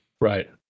right